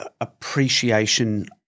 appreciation